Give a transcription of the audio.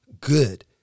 good